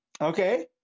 Okay